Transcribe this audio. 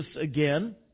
again